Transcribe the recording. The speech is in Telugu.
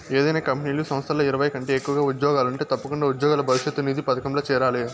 ఏదైనా కంపెనీలు, సంస్థల్ల ఇరవై కంటే ఎక్కువగా ఉజ్జోగులుంటే తప్పకుండా ఉజ్జోగుల భవిష్యతు నిధి పదకంల చేరాలి